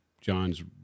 John's